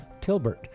Tilbert